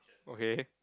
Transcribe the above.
okay